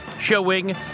showing